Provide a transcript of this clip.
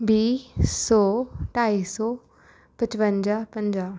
ਵੀਹ ਸੌ ਢਾਈ ਸੌ ਪਚਵੰਜਾ ਪੰਜਾਹ